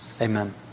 Amen